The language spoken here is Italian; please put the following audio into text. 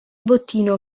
bottino